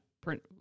print